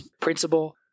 principle